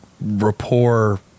rapport